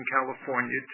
California